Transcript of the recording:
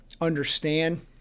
understand